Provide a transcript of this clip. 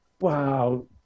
Wow